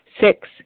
Six